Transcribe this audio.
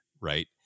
right